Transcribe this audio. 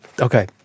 okay